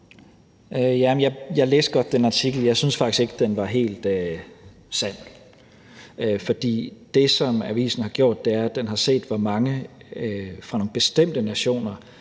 Jeg læste godt den artikel. Jeg synes faktisk ikke, at den var helt sand. For det, som avisen har gjort, er, at den har set, hvor mange fra nogle bestemte nationer